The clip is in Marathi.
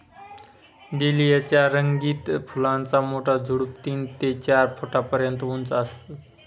डेलिया च्या रंगीत फुलांचा मोठा झुडूप तीन ते चार फुटापर्यंत उंच असतं